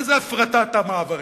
מה זה הפרטת המעברים?